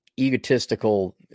egotistical